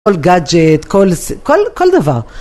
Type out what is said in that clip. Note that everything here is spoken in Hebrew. כל גאדג'ט, כל.. כל דבר.